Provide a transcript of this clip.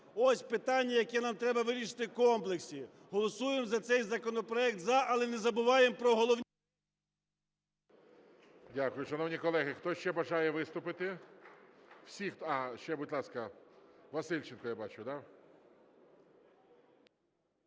Ось питання, яке нам треба вирішити в комплексі. Голосуємо за цей законопроект "за", але не забуваємо про головні… ГОЛОВУЮЧИЙ. Дякую. Шановні колеги, хто ще бажає виступити? Ще, будь ласка, Васильченко, я бачу, да?